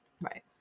Right